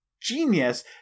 genius